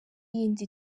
yindi